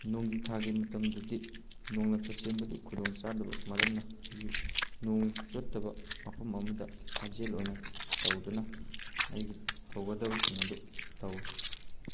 ꯅꯣꯡꯖꯨꯊꯥꯒꯤ ꯃꯇꯝꯗꯗꯤ ꯅꯣꯡꯂꯛꯇ ꯆꯦꯟꯕꯗꯨ ꯈꯨꯗꯣꯡꯆꯥꯗꯕ ꯃꯔꯝꯅ ꯅꯣꯡ ꯆꯣꯠꯇꯕ ꯃꯐꯝ ꯑꯃꯗ ꯁꯥꯖꯦꯜ ꯑꯣꯏꯅ ꯇꯧꯗꯨꯅ ꯑꯩꯒꯤ ꯇꯧꯒꯗꯕꯁꯤꯡ ꯑꯗꯨ ꯇꯧꯋꯤ